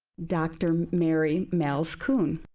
dr. mary malzkuhn.